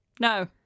No